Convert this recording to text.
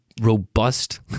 robust